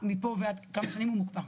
לכמה שנים הוא מוקפא?